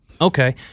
Okay